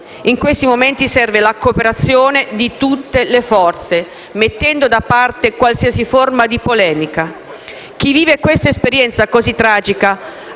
In questi momenti serve infatti la cooperazione di tutte le forze, mettendo da parte qualsiasi forma di polemica. Chi vive un'esperienza così tragica